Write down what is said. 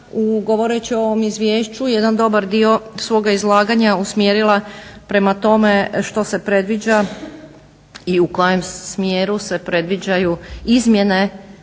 govoreći o ovom izvješću jedan dobar dio svoga izlaganja usmjerila prema tome što se predviđa i u kojem smjeru se predviđaju izmjene